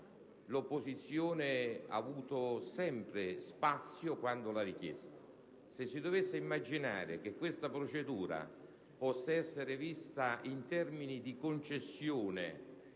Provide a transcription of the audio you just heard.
l'opposizione ha avuto sempre spazio, quando l'ha richiesto. Se si dovesse immaginare che questa prassi possa essere vista in termini di concessione,